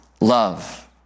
love